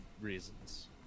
reasons